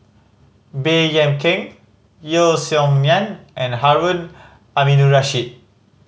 Baey Yam Keng Yeo Song Nian and Harun Aminurrashid